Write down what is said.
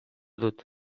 dut